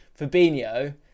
Fabinho